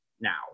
now